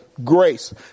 Grace